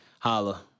Holla